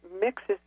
mixes